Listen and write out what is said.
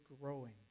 growing